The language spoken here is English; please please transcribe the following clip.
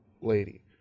lady